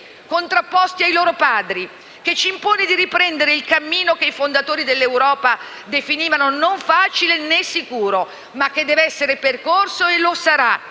contrapposti ai loro padri, che ci impone di riprendere la via che i fondatori dell'Europa definivano non facile, né sicura, ma che deve essere percorsa e che lo sarà: